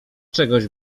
czegoś